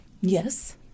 Yes